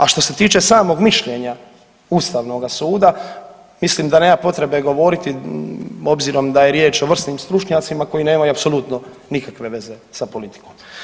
A što se tiče samog mišljenja Ustavnoga suda mislim da nema potrebe govoriti obzirom da je riječ o vrsnim stručnjacima koji nemaju apsolutno nikakve veze sa politikom.